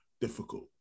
difficult